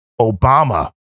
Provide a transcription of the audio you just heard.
obama